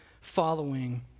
following